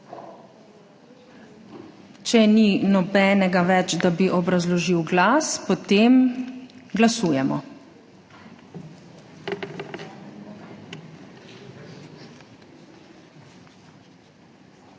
Če ni nobenega več, da bi obrazložil glas, potem glasujemo.